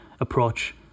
approach